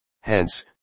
Hence